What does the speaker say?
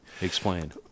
explain